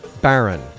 Baron